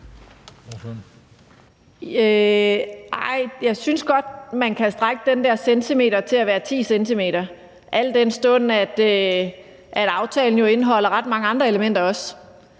jeg synes godt, man kan strække den der centimeter til at være 10 cm, al den stund at aftalen jo også indeholder ret mange andre elementer,